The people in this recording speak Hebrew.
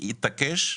התעקש,